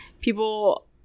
People